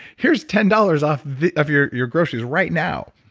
here's ten dollars off of your your groceries right now.